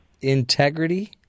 integrity